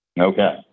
Okay